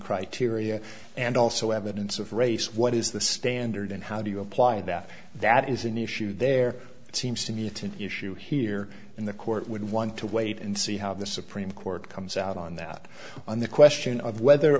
criteria and also evidence of race what is the standard and how do you apply that that is an issue there it seems to me to an issue here in the court would want to wait and see how the supreme court comes out on that on the question of whether